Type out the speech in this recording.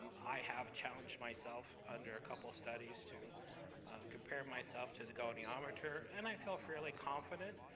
i have challenged myself under a couple studies, to compare myself to the goniometer, and i feel fairly confident,